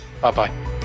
Bye-bye